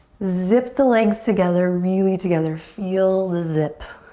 zip the legs together, really together. feel the zip.